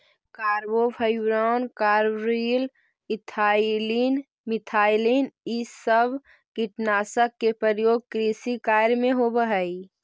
carbofuran, carbaryl, ethylene, methylene इ सब कीटनाशक के प्रयोग कृषि कार्य में होवऽ हई